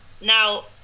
Now